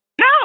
No